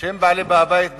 שהם בעלי-הבית במדינה,